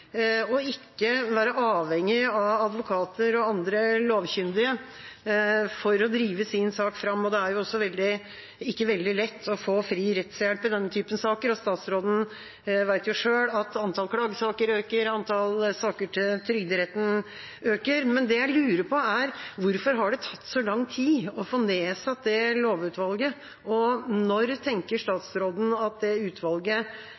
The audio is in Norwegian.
ikke være avhengig av advokater og andre lovkyndige for å drive sin sak fram. Det er heller ikke veldig lett å få fri rettshjelp i slike saker, og statsråden vet selv at antall klagesaker øker, antall saker til trygderetten øker. Det jeg lurer på, er: Hvorfor har det tatt så lang tid å få nedsatt det lovutvalget? Når tenker statsråden at utvalget